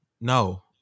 no